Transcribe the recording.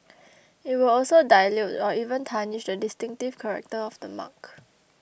it will also dilute or even tarnish the distinctive character of the mark